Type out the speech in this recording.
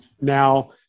Now